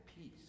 peace